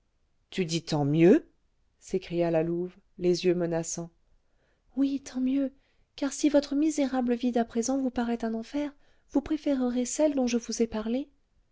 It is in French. tu dis tant mieux s'écria la louve les yeux menaçants oui tant mieux car si votre misérable vie d'à présent vous paraît un enfer vous préférerez celle dont je vous ai parlé